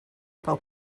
april